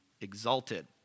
exalted